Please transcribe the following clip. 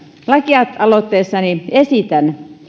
lakialoitteessani esitän